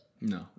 no